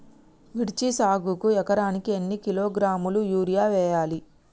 మిర్చి సాగుకు ఎకరానికి ఎన్ని కిలోగ్రాముల యూరియా వేయాలి?